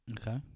Okay